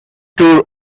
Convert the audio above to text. tour